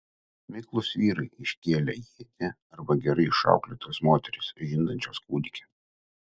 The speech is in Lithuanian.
miklūs vyrai iškėlę ietį arba gerai išauklėtos moterys žindančios kūdikį